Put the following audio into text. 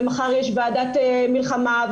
ומחר יש ועדת מלחמה,